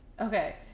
okay